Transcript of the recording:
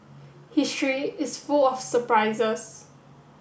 history is full of surprises